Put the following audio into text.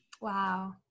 Wow